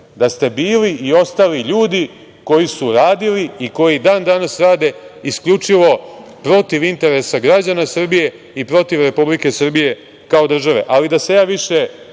da ste bili i ostali ljudi koji su radili i koji dan danas rade isključivo protiv interesa građana Srbije i protiv Republike Srbije kao države. Ali da se više